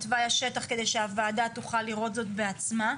את תוואי השטח כדי שהוועדה תוכל לראות זאת בעצמה.